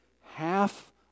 half